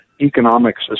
economics